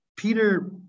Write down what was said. Peter